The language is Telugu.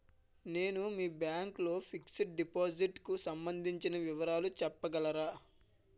నేను మీ బ్యాంక్ లో ఫిక్సడ్ డెపోసిట్ కు సంబందించిన వివరాలు చెప్పగలరా?